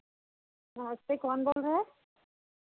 नमस्ते कौन बोल रहे हैं